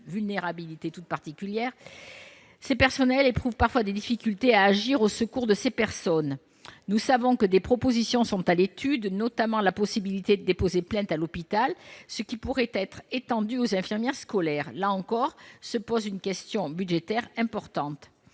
vulnérabilité toute particulière, éprouvent parfois des difficultés à agir au secours de ces personnes. Nous savons que des propositions sont à l'étude, notamment la possibilité de déposer plainte à l'hôpital- cette possibilité pourrait être étendue aux infirmeries scolaires. Là encore se pose une question budgétaire importante.